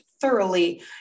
thoroughly